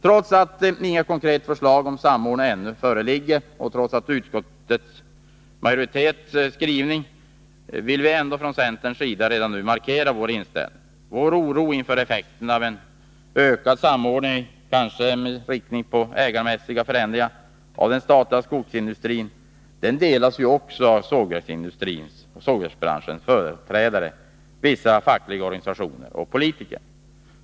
Trots att inget konkret förslag om samordning ännu föreligger och trots utskottsmajoritetens skrivning vill vi från centern redan nu markera vår inställning. Vår oro inför effekterna av en ökad samordning — kanske med inriktning på ägarmässiga förändringar — av den statliga skogsindustrin delas också av företrädare för sågverksbranschen, av vissa fackliga organisationer och av politiker.